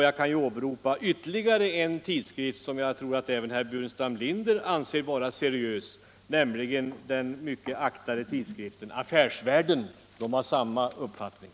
Jag kan åberopa ytterligare en tidskrift som jag tror att även herr Burenstam Linder anser vara seriös, nämligen den mycket aktade Affärsvärlden. Den har samma uppfattning.